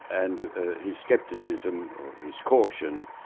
and his scepticism, or his caution,